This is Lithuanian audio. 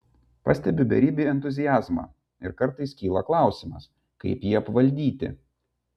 pastebiu beribį entuziazmą ir kartais kyla klausimas kaip jį apvaldyti